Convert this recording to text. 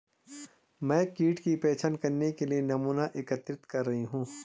मैं कीट की पहचान करने के लिए नमूना एकत्रित कर रही हूँ